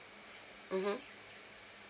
mmhmm